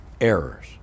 errors